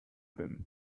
them